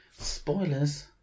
Spoilers